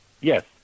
Yes